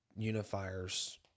unifiers